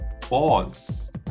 pause